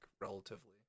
relatively